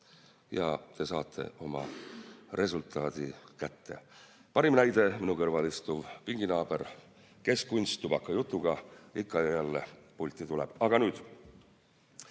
ja te saate resultaadi kätte. Parim näide on minu pinginaaber, kes kunsttubakajutuga ikka ja jälle pulti tuleb. Aga nüüd.